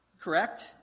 Correct